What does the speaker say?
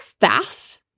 fast